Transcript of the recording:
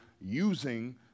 using